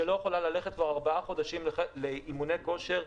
לא יכולה ללכת כבר ארבעה חודשים לאימוני כושר.